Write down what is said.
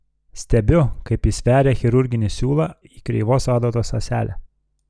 stebiu kaip jis veria chirurginį siūlą į kreivos adatos ąselę